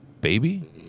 baby